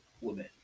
women